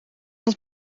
dat